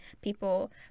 people